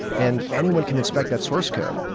and anyone can expect that source code,